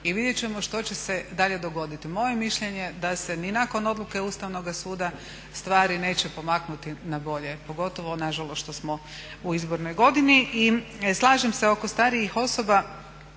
i vidjet ćemo što će se dalje dogoditi. Moje je mišljenje da se ni nakon odluke Ustavnoga suda stvari neće pomaknuti na bolje pogotovo na žalost što smo u izbornoj godini. I slažem se oko starijih osoba.